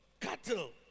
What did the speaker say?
Cattle